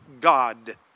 God